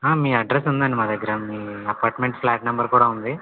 మీ address ఉందండి మా దగ్గర మీ అపార్ట్మెంట్ ఫ్లాట్ నెంబర్ కూడా ఉంది